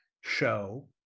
show